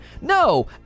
No